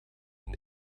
een